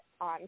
on